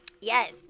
Yes